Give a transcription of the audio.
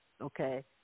okay